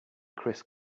chris